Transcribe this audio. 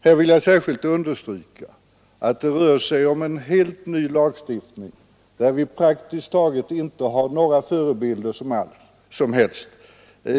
Här vill jag särskilt understryka att det rör sig om en helt ny lagstiftning, som vi praktiskt taget inte har några som helst förebilder till.